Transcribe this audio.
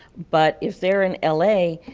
but if they are in la,